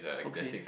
okay